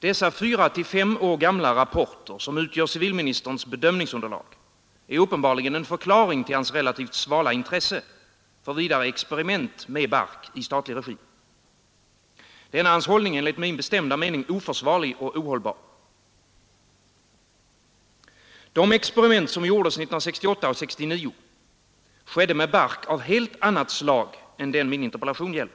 Dessa fyra äå fem år gamla rapporter, som utgör civilministerns bedömningsunderlag, är uppenbarligen en förklaring till hans relativt svala intresse för vidare experiment med bark i statlig regi. Denna hans hållning är enligt min bestämda mening oförsvarlig och ohållbar. De experiment som gjordes 1968 och 1969 skedde med bark av helt annat slag än den min interpellation gällde.